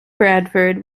bradford